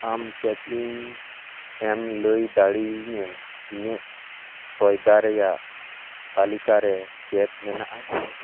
ᱟᱢ ᱪᱮᱫ ᱤᱧᱮᱢ ᱞᱟᱹᱭ ᱫᱟᱲᱮᱭᱟᱹᱧᱟᱹ ᱤᱧᱟᱹᱜ ᱥᱚᱭᱫᱟ ᱨᱮᱭᱟᱜ ᱛᱟᱹᱞᱤᱠᱟᱨᱮ ᱪᱮᱫ ᱢᱮᱱᱟᱜᱼᱟ